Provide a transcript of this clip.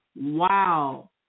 Wow